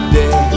day